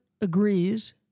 agrees